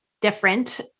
different